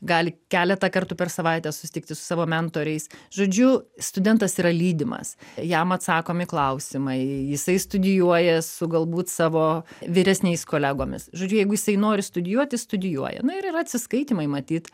gali keletą kartų per savaitę susitikti su savo mentoriais žodžiu studentas yra lydimas jam atsakomi klausimai jisai studijuoja su galbūt savo vyresniais kolegomis žodžiu jeigu jisai nori studijuot jis studijuoja na ir yra atsiskaitymai matyt